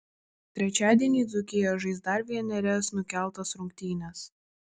trečiadienį dzūkija žais dar vienerias nukeltas rungtynes